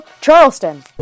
Charleston